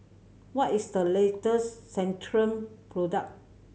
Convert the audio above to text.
what is the latest Centrum product